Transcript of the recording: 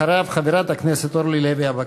אחריו, חברת הכנסת אורלי לוי אבקסיס.